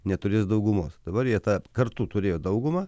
neturės daugumos dabar jie tą kartu turėjo daugumą